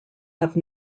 have